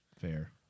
Fair